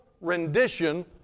rendition